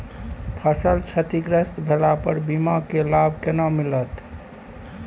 फसल क्षतिग्रस्त भेला पर बीमा के लाभ केना मिलत?